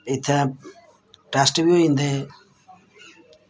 इत्थें टैस्ट बी होंदे